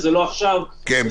וזה לא עכשיו --- כן,